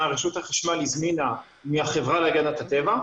רשות החשמל הזמינה מהחברה להגנת הטבע.